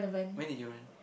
when did you run